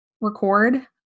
record